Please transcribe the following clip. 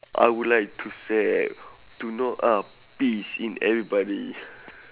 I would like to say that to know ah peace in everybody